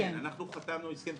כן, אנחנו חתמנו הסכם.